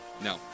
no